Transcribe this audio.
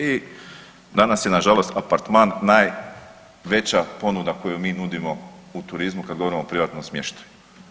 I danas je nažalost apartman najveća ponuda koju mi nudimo u turizmu kada govorimo o privatnom smještaju.